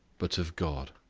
but of god.